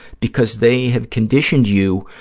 because they have conditioned you,